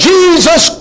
Jesus